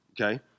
okay